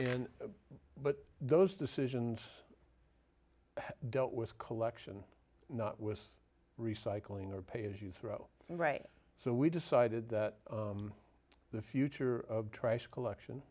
and but those decisions dealt with collection not with recycling or pay as you throw right so we decided that the future of trash collection